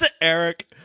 Eric